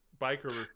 biker